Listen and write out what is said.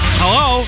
hello